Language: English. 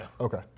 Okay